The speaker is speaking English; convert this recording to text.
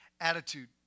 attitude